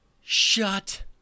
Shut